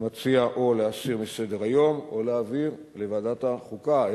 אני מציע או להסיר מסדר-היום או להעביר לוועדת החוקה.